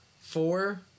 Four